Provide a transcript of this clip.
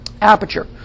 aperture